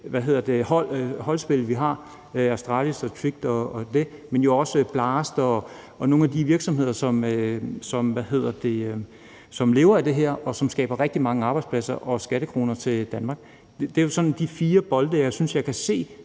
hold, vi har, som Astralis og Tricked, men jo også BLAST og nogle af de virksomheder, som lever af det her, og som skaber rigtig mange arbejdspladser og skattekroner til Danmark. Det er jo sådan de fire bolde, jeg synes jeg kan se